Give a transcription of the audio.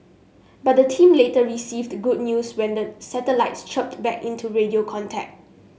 but the team later received good news when the satellites chirped back into radio contact